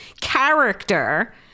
character